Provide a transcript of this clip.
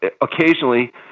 occasionally